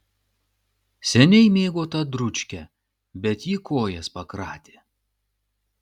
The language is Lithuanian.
seniai mėgo tą dručkę bet ji kojas pakratė